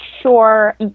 sure